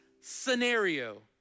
scenario